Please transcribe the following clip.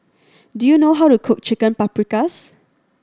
do you know how to cook Chicken Paprikas